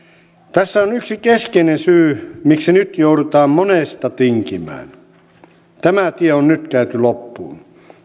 tässä on yksi keskeinen syy miksi nyt joudutaan monesta tinkimään tämä tie on nyt käyty loppuun